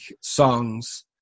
songs